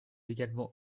également